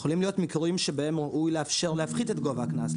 יכולים להיות מקרים בהם ראוי לאפשר להפחית את גובה הקנס.